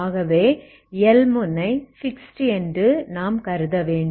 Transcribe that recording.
ஆகவே x L முனை fixed என்று நாம் கருத வேண்டும்